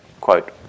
quote